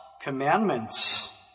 commandments